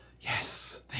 yes